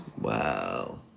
Wow